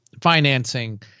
financing